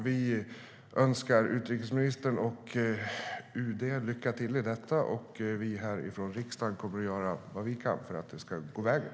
Vi önskar utrikesministern och UD lycka till i detta, och vi här i riksdagen kommer att göra vad vi kan för att det ska gå vägen.